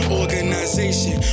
organization